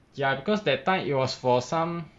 ya because that time it was for some